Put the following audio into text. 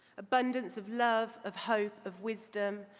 abundance of love, of hope, of wisdom,